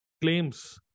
claims